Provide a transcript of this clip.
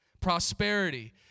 Prosperity